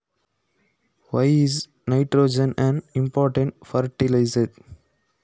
ಸಾರಜನಕವು ಏಕೆ ಪ್ರಮುಖ ರಸಗೊಬ್ಬರವಾಗಿದೆ?